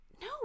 no